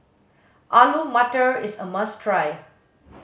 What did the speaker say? Alu Matar is a must try